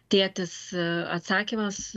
tėtis atsakymas